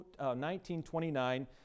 1929